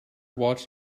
watched